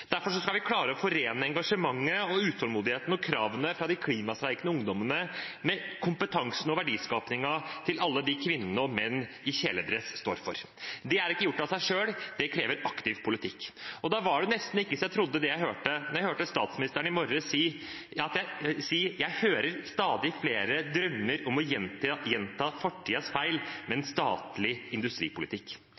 skal vi klare å forene engasjementet, utålmodigheten og kravene fra de klimastreikende ungdommene med kompetansen og verdiskapingen alle kvinnene og mennene i kjeledress står for. Det er ikke gjort av seg selv, det krever aktiv politikk. Da var det nesten så jeg ikke trodde det jeg hørte da jeg hørte statsministeren i morges si at hun hørte at stadig flere drømte om å gjenta fortidens feil med en